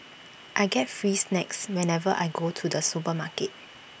I get free snacks whenever I go to the supermarket